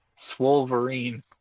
Swolverine